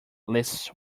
lists